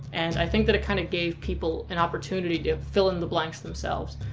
and, i think that it kind of gave people an opportunity to fill in the blanks themselves,